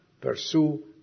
pursue